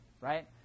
right